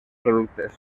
productes